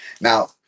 Now